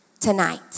tonight